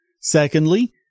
Secondly